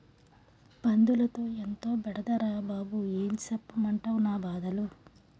పందులతో ఎంతో బెడదరా బాబూ ఏం సెప్పమంటవ్ నా బాధలు